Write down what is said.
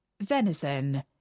Venison